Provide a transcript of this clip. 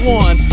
one